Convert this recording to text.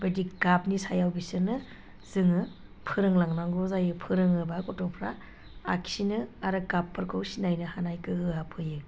बायदि गाबनि सायाव बिसोरनो जोङो फोरोंलांनांगौ जायो फोरोङोब्ला गथ'फ्रा आखिनो आरो गाबफोरखौ सिनायनो हानाय गोहोआ फैयो